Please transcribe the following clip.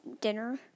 dinner